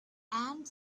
and